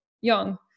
young